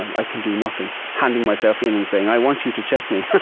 i can do nothing, handing myself in and saying, i want you to check me.